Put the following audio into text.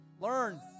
Learn